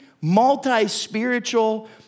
multi-spiritual